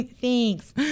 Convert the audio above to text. Thanks